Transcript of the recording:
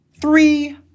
Three